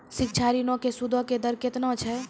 शिक्षा ऋणो के सूदो के दर केतना छै?